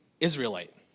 Israelite